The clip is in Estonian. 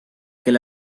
kel